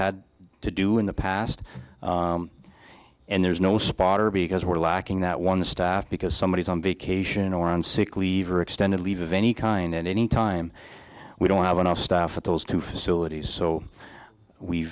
had to do in the past and there's no spotter because we're lacking that one the staff because somebody's on vacation or on sick leave or extended leave of any kind at any time we don't have enough stuff at those two facilities so we